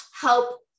help